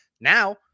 Now